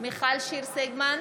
מיכל שיר סגמן,